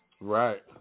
Right